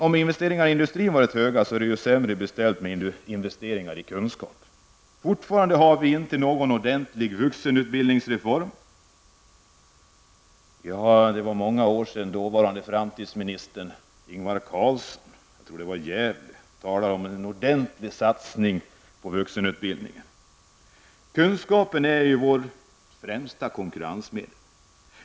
Om investeringarna i industrin har varit höga är det sämre ställt med investeringar i kunskap. Fortfarande har vi inte någon ordentlig vuxenutbildningsreform. Det var många år sedan dåvarande framtidsminister Ingvar Carlsson, jag tror det var i Gävle, talade om en ordentlig satsning på vuxenutbildning. Kunskapen är vårt främsta konkurrensmedel.